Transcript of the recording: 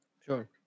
Sure